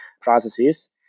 processes